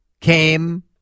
came